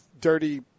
dirty